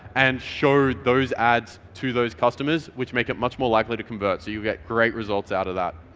and shore those ads to those customers, which make it much more likely to convert. so you get great results out of that.